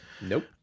nope